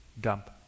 dump